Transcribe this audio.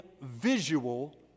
visual